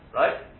right